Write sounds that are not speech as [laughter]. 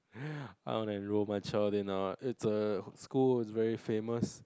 [breath] I wanna enroll my child then I was it's a school very famous